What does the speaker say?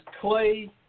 Clay